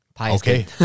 Okay